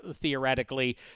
theoretically